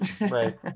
Right